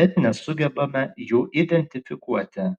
bet nesugebame jų identifikuoti